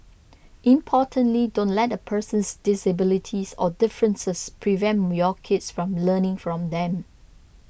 importantly don't let a person's disabilities or differences prevent your kids from learning from them